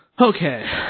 Okay